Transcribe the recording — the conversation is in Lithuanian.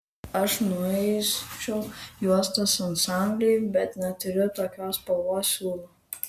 aš nuausčiau juostas ansambliui bet neturiu tokios spalvos siūlų